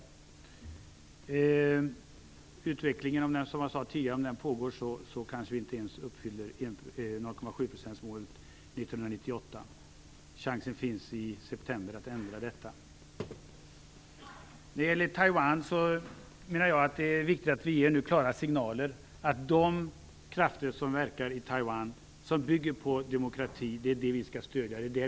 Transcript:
Om utvecklingen fortsätter blir det kanske så, som jag tidigare sade, att vi 1998 inte ens uppfyller 0,7-procentsmålet. Det finns en chans att ändra på detta i september. Vad gäller Taiwan menar jag att det är viktigt att vi nu ger klara signaler om att det är de krafter som verkar i Taiwan och som bygger på demokrati som vi skall stödja.